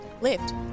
Lift